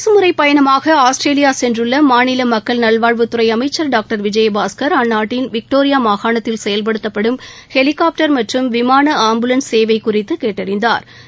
அரசு முறைப் பயணமாக ஆஸ்திரேலியா சென்றுள்ள மாநில மக்கள் நல்வாழ்வுத்துறை அமைச்சள் டாக்டர் விஜயபாஸ்கர் அந்நாட்டில் விக்டோரியா மாகாணத்தில் செயல்படுத்தப்படும் ஹெலிகாப்டர் மற்றும் விமான ஆம்புலன்ஸ் சேவை குறித்து கேட்டறிந்தாா்